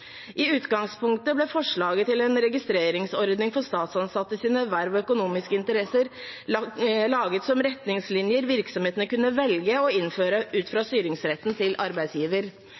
I utgangspunktet ble forslaget til en registreringsordning for statsansattes verv og økonomiske interesser laget som retningslinjer virksomhetene kunne velge å innføre ut fra styringsretten til arbeidsgiver.